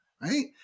Right